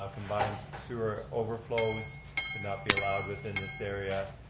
ah combined sewer overflows would not be allowed within this area.